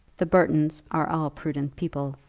the burtons are all prudent people.